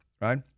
Right